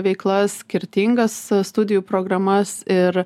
veiklas skirtingas studijų programas ir